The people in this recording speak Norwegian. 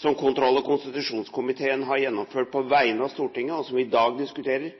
som kontroll- og konstitusjonskomiteen har gjennomført på vegne av Stortinget, og som vi i dag diskuterer,